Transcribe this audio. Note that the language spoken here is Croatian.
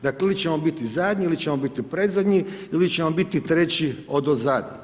Dakle ili ćemo biti zadnji ili ćemo biti predzadnji ili ćemo biti treći odozada.